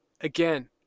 Again